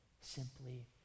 simply